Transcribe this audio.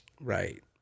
Right